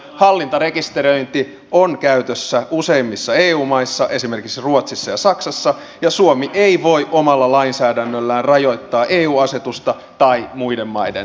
hallintarekisteröinti on käytössä useimmissa eu maissa esimerkiksi ruotsissa ja saksassa ja suomi ei voi omalla lainsäädännöllään rajoittaa eu asetusta tai muiden maiden lainsäädäntöä